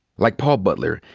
like paul butler,